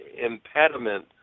impediment